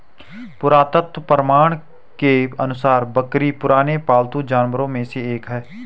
पुरातत्व प्रमाण के अनुसार बकरी पुराने पालतू जानवरों में से एक है